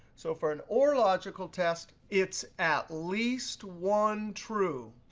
so for an or logical test, it's at least one true.